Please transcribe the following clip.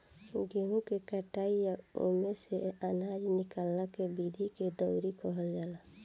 गेहूँ के कटाई आ ओइमे से आनजा निकाले के विधि के दउरी कहल जाला